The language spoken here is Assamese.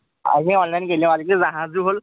আহি অনলাইন দিলে আজিকালি জাহাজো হ'ল